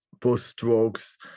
post-strokes